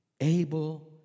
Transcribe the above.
able